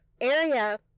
area